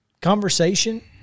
conversation